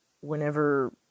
whenever